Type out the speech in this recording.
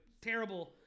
terrible